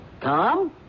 Tom